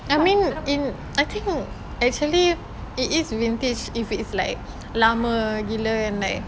I mean in I think actually it is vintage if it's like lama gila and like